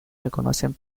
reconocen